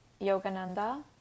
Yogananda